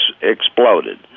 exploded